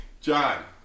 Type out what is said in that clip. John